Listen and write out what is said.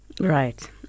Right